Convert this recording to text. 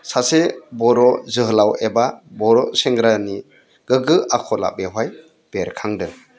सासे बर' जोहोलाव एबा बर' सेंग्रानि गोग्गो आखलआ बेवहाय बेरखांदों